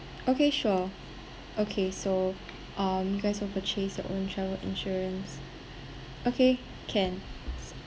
okay sure okay so um you guys will purchase your own travel insurance okay can